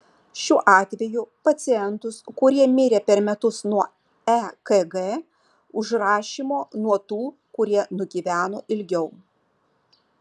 šiuo atveju pacientus kurie mirė per metus nuo ekg užrašymo nuo tų kurie nugyveno ilgiau